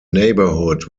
neighborhood